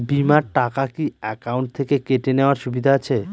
বিমার টাকা কি অ্যাকাউন্ট থেকে কেটে নেওয়ার সুবিধা আছে?